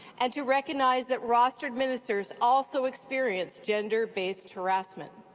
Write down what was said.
and to recognize that rostered ministers also experience gender-based harassment.